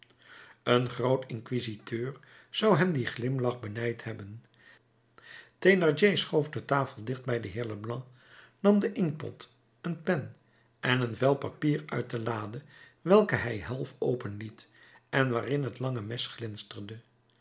een groot inquisiteur zou hem dien glimlach benijd hebben thénardier schoof de tafel dicht bij den heer leblanc nam den inktpot een pen en een vel papier uit de lade welke hij half open liet en waarin het lange mes